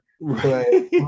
right